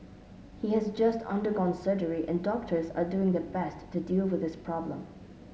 he has just undergone surgery and doctors are doing their best to deal with his problem